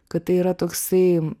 kad tai yra toksai